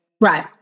Right